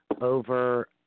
over